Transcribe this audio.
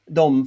de